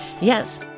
yes